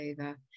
over